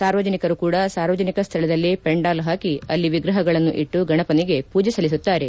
ಸಾರ್ವಜನಿಕರು ಕೂಡ ಸಾರ್ವಜನಿಕ ಸ್ವಳದಲ್ಲಿ ಪೆಂಡಾಲ್ ಹಾಕಿ ಅಲ್ಲಿ ವಿಗ್ರಹಗಳನ್ನು ಇಟ್ಟು ಗಣಪನಿಗೆ ಪೂಜೆ ಸಲ್ಲಿಸುತ್ತಾರೆ